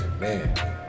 man